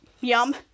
yum